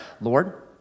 Lord